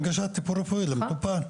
הנגשת טיפול רפואי למטופל.